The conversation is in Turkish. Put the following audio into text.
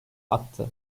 attı